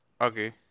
okay